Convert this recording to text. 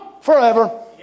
forever